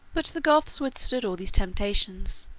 but the goths withstood all these temptations,